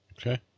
Okay